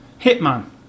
Hitman